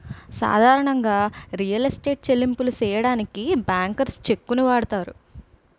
సాధారణంగా real estate చెల్లింపులు సెయ్యడానికి బ్యాంకర్స్ చెక్కుని వాడతారు